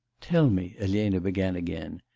tell me elena began again,